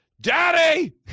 Daddy